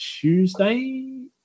Tuesday